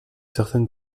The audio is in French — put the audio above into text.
certaine